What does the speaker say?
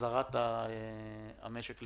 החזרת המשק לפעילות.